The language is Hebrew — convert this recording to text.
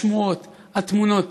השמועות, התמונות.